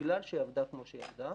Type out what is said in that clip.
בגלל שהיא עבדה כמו שהיא עבדה,